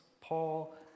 Paul